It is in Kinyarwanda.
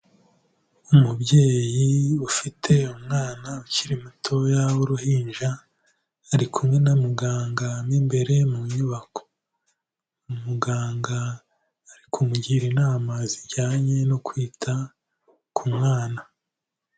Umubyeyi ufite umwana ukiri muto w'uruhinja, ari kumwe na muganga mu imbere mu nyubako, umuganga arikumugira inama zijyanye no kwita ku mwana.